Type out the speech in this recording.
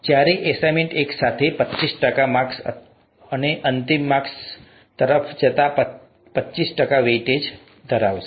ચારેય અસાઇનમેન્ટ એકસાથે પચીસ ટકા માર્ક્સ અને અંતિમ માર્કસ તરફ પચીસ ટકા વેઇટેજ ધરાવશે